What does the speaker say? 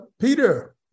peter